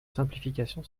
simplification